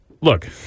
Look